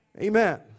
Amen